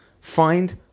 find